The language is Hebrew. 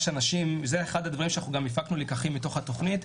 זה אחד הדברים שהפקנו כלקח מתוך התוכנית,